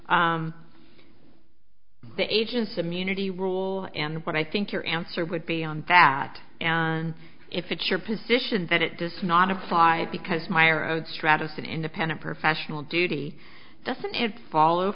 on the agent's immunity rule and what i think your answer would be on that and if it's your position that it does not apply because meyer owed stratus an independent professional duty doesn't it follow